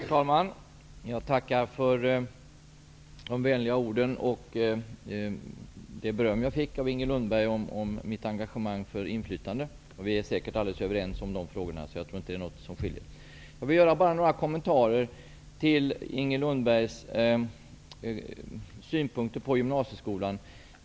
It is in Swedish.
Herr talman! Jag tackar för de vänliga orden och det beröm jag fick av Inger Lundberg om mitt engagemang för inflytande. Vi är säkert alldeles överens i de frågorna -- jag tror inte att det är något som skiljer. Jag vill bara göra några kommentarer till Inger Lundbergs synpunkter på gymnasieskolan.